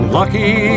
lucky